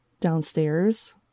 downstairs